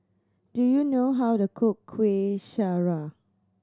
do you know how to cook Kueh Syara